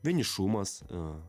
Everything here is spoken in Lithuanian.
vienišumas a